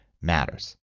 matters